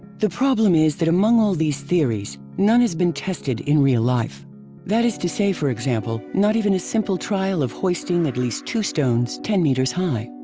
the problem is that among all these theories, none has been tested in real life that is to say, for example, not even a simple trial of hoisting at least two stones ten meters high.